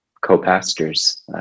co-pastors